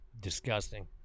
disgusting